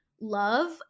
love